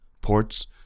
ports